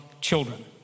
children